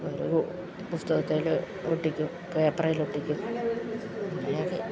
ഓരോ പുസ്തക ത്തിൽ ഒട്ടിക്കും പേപ്പറിൽ ഒട്ടിക്കും അങ്ങനെ ഒക്കെ